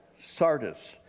Sardis